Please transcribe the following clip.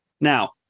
Now